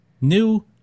new